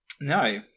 No